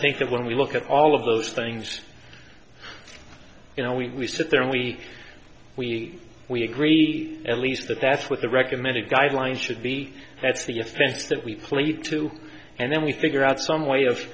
think that when we look at all of those things you know we sit there and we we we agree at least that that's what the recommended guidelines should be that's the offense that we plead to and then we figure out some way of